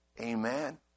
amen